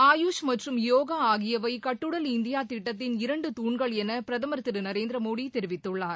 ஆயூஷ் மற்றும் யோகா ஆகியவை கட்டுடல் இந்தியா திட்டத்தின் இரண்டு தூண்கள் என பிரதம் திரு நரேந்திர மோடி தெரிவித்துள்ளார்